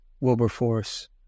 Wilberforce